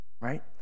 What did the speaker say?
right